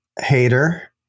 hater